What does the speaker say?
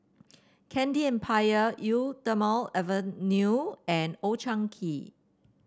Candy Empire Eau Thermale Avene and Old Chang Kee